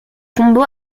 combo